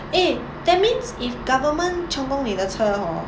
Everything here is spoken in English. eh that means if government 充公你的车 hor